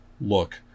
look